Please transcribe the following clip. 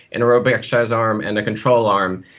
an aerobic exercise arm, and a control arm.